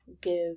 give